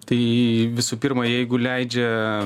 tai visų pirma jeigu leidžia